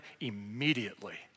immediately